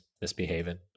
misbehaving